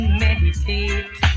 meditate